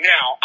Now